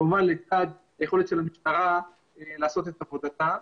כמובן לצד היכולת של המשטרה לעשות את עבודתה.